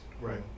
Right